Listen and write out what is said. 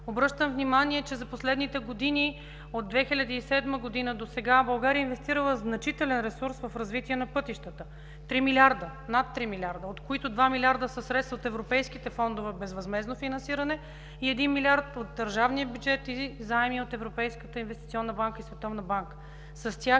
Обръщам внимание, че за последните години: от 2007 г. досега България е инвестирала значителен ресурс в развитие на пътищата – над 3 милиарда, от които 2 милиарда са средства от европейските фондове за безвъзмездно финансиране и 1 милиард от държавния бюджет или заеми от Европейската инвестиционна банка и Световната банка.